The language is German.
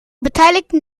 beteiligten